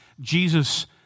Jesus